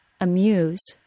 amuse